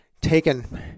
taken